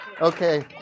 Okay